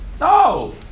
No